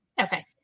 Okay